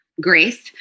grace